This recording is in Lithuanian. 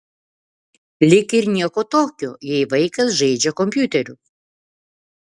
lyg ir nieko tokio jei vaikas žaidžia kompiuteriu